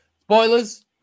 Spoilers